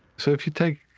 so if you take,